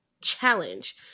challenge